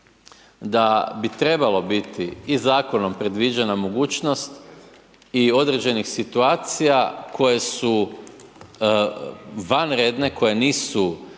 da bi trebalo biti i Zakonom predviđena mogućnost i određenih situacija koje su vanredne, koje nisu,